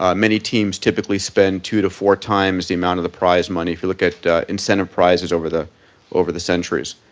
ah many teams typically spend two to four times the amount of prize money, if you look at incentive prizes over the over the centuries.